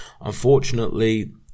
unfortunately